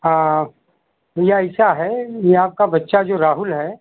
हाँ भैया ऐसा है ये आपका बच्चा जो राहुल है